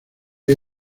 hay